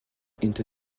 into